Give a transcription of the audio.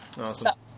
Awesome